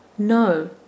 No